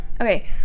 Okay